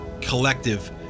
collective